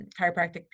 chiropractic